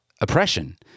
oppression